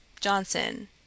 Johnson